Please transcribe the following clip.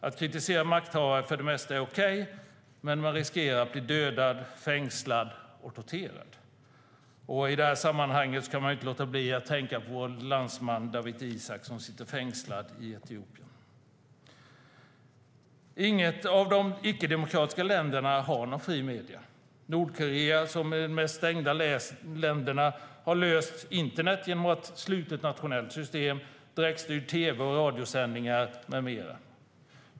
Att kritisera makthavare är för det mesta inte okej, och man riskerar att bli dödad, fängslad och torterad. I detta sammanhang kan man inte låta bli att tänka på vår landsman Dawit Isaak som sitter fängslad i Etiopien. Inget av de icke-demokratiska länderna har några fria medier. Nordkorea, som är ett av de mest stängda länderna, har löst frågan om internet genom att ha ett slutet nationellt system, direktstyrda tv och radiosändningar med mera.